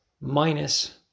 minus